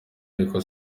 ariko